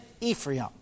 ephraim